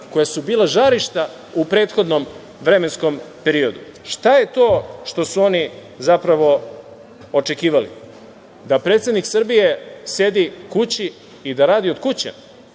koja sa bila žarišta u prethodnom vremenskom periodu? Šta je to što su oni zapravo očekivali? Da predsednik Srbije sedi kući i da radi od kuće?